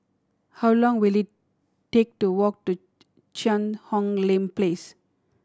how long will it take to walk to Cheang Hong Lim Place